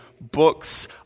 books